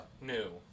new